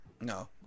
No